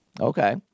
Okay